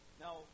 Now